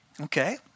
Okay